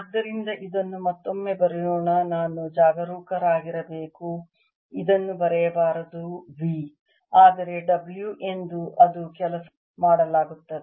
ಆದ್ದರಿಂದ ಇದನ್ನು ಮತ್ತೊಮ್ಮೆ ಬರೆಯೋಣ ನಾನು ಜಾಗರೂಕರಾಗಿರಬೇಕು ಇದನ್ನು ಬರೆಯಬಾರದು V ಆದರೆ W ಎಂದು ಅದು ಕೆಲಸ ಮಾಡಲಾಗುತ್ತದೆ